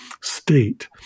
state